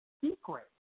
secret